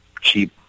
cheap